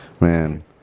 Man